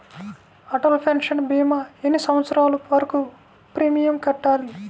Atal pension భీమా ఎన్ని సంవత్సరాలు వరకు ప్రీమియం కట్టాలి?